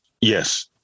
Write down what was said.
Yes